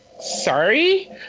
sorry